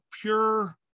pure